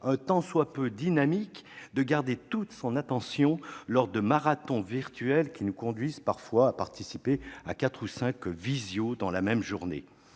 tant soit peu dynamique, de garder toute son attention lors de marathons virtuels, qui nous conduisent parfois à participer à quatre ou cinq téléconférences dans la même journée.